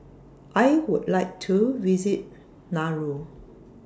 I Would like to visit Nauru